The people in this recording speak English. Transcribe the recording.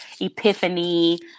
epiphany